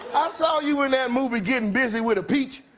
saw you in that movie getting busy with a peach.